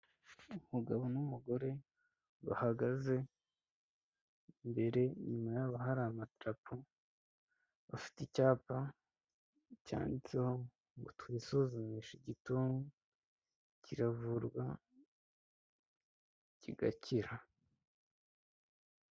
Umugabo n'umugore bahagaze imbere, inyuma yabo hari amadarapo, bafite icyapa cyanditseho ngo twisuzumishe igituntu, kiravurwa kigakira.